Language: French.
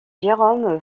jérôme